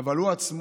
אבל הוא עצמו